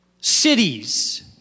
cities